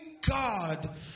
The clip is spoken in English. God